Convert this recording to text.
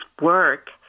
work